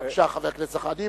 חבר הכנסת זחאלקה.